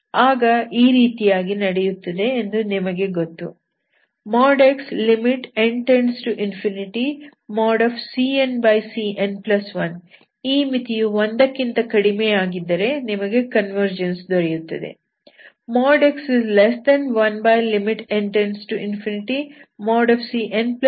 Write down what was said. ಆಗ ಈ ರೀತಿಯಾಗಿ ನಡೆಯುತ್ತದೆ ಎಂದು ನಿಮಗೆ ಗೊತ್ತು |x|n→∞cncn1 ಈ ಮಿತಿಯು 1 ಕ್ಕಿಂತ ಕಡಿಮೆಯಾಗಿದ್ದರೆ ನಿಮಗೆ ಕನ್ವರ್ಜನ್ಸ್ ದೊರೆಯುತ್ತದೆ x1n→∞cn1cn ಎಂಬುದು ಇದರ ಅರ್ಥವಾಗಿದೆ